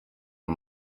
uyu